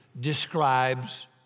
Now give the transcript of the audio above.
describes